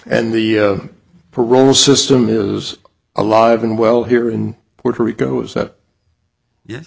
and the parole system is alive and well here in puerto rico is that yes